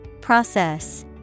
Process